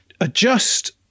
adjust